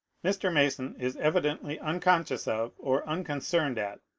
mr. mason is evidently unconscious of, or unconcerned at,